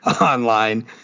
online